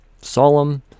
Solemn